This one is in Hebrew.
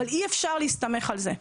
אבל אי אפשר להסתמך על זה.